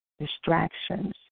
distractions